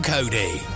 Cody